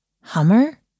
Hummer